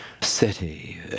city